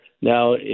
Now